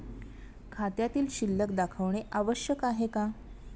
खात्यातील शिल्लक दाखवणे आवश्यक आहे का?